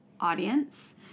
audience